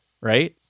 right